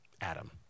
Adam